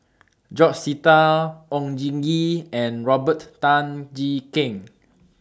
George Sita Oon Jin Gee and Robert Tan Jee Keng